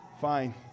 fine